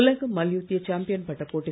உலக மல்யுத்த சாம்பியன்பட்டப் போட்